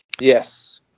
Yes